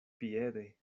piede